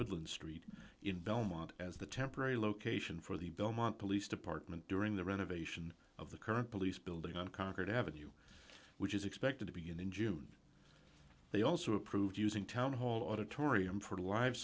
woodland street in belmont as the temporary location for the belmont police department during the renovation of the current police building on concord have a view which is expected to begin in june they also approved using town hall auditorium for live